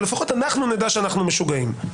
אבל לפחות אנחנו נדע שאנחנו משוגעים.